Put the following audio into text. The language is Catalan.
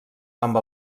amb